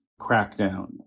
crackdown